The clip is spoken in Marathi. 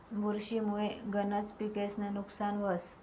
बुरशी मुये गनज पिकेस्नं नुकसान व्हस